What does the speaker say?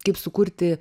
kaip sukurti